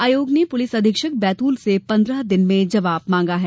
आयोग ने पुलिस अधीक्षक बैतूल से पन्द्रह दिन में जबाव मांगा है